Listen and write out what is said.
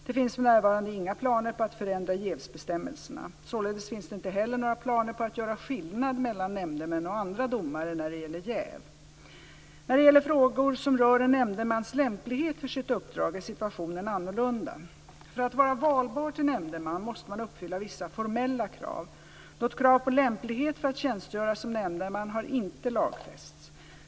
Det finns för närvarande inga planer på att förändra jävsbestämmelserna. Således finns det inte heller några planer på att göra skillnad mellan nämndemän och andra domare när det gäller jäv. När det gäller frågor som rör en nämndemans lämplighet för sitt uppdrag är situationen annorlunda. För att vara valbar till nämndeman måste man uppfylla vissa formella krav. Något krav på lämplighet för att tjänstgöra som nämndeman har inte lagfästs.